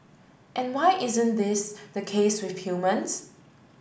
and why isn't this the case with humans